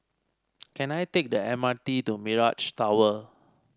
can I take the M R T to Mirage Tower